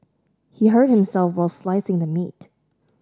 he hurt himself while slicing the meat